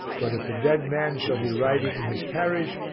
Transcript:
but if the dead man shall be riding in his carriage,